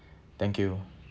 thank you